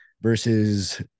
versus